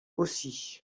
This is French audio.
aussi